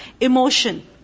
emotion